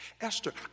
Esther